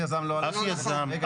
רגע,